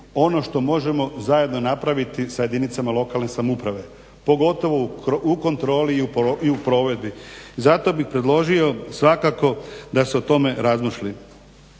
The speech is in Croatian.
ono što možemo zajedno napraviti sa jedinicama lokalne samouprave pogotovo u kontroli i u provedbi. Zato bih predložio svakako da se o tome razmisli.